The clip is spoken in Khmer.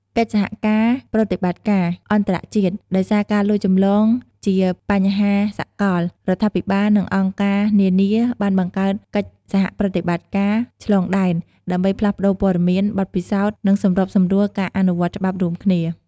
កិច្ចសហប្រតិបត្តិការអន្តរជាតិ ដោយសារការលួចចម្លងជាបញ្ហាសកល រដ្ឋាភិបាល និងអង្គការនានាបានបង្កើតកិច្ចសហប្រតិបត្តិការឆ្លងដែន ដើម្បីផ្លាស់ប្តូរព័ត៌មាន បទពិសោធន៍ និងសម្របសម្រួលការអនុវត្តច្បាប់រួមគ្នា។